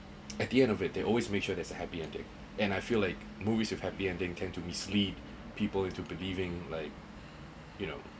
at the end of it they always make sure there's a happy ending and I feel like movies with happy ending came to mislead people into believing like you know